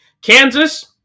Kansas